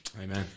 Amen